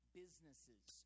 businesses